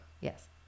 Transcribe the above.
Yes